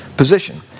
position